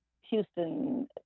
Houston